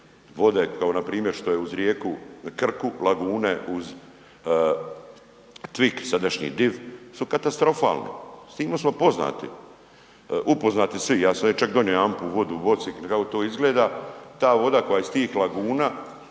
vode kao što je npr. uz rijeku Krku, lagune uz Tvik sadašnji Div su katastrofalne. S time smo poznati, upoznati svi, ja sam ovdje čak donia jedanput vodu u boci, kako to izgleda, ta voda koja je iz tih laguna